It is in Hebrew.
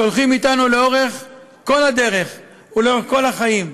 שהולכים אתנו לאורך כל הדרך ולאורך כל החיים.